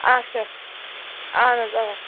آچھا اہن حظ اۭں